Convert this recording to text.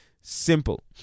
simple